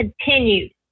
continued